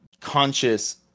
conscious